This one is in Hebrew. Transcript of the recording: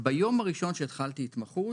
וביום הראשון שהתחלתי התמחות